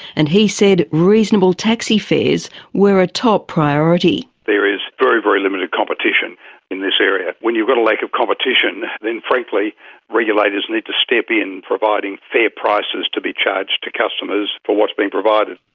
and he said reasonable taxi fares were a top priority. there is very, very limited competition in this area. when you've got a lack of competition then frankly regulators need to step in, providing prices to be charged to customers for what's been provided.